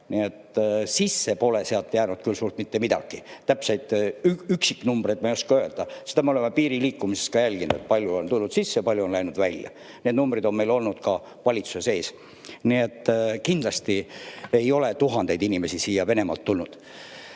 Nii et siia pole nendest jäänud küll suurt mitte kedagi, täpseid üksiknumbreid ma ei oska öelda. Me oleme jälginud piiril liikumist, kui palju on tulnud sisse, kui palju on läinud välja, need numbrid on meil olnud ka valitsuses ees. Nii et kindlasti ei ole tuhandeid inimesi siia Venemaalt tulnud,